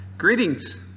Greetings